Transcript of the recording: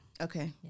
Okay